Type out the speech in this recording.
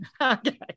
okay